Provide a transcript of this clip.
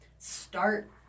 Start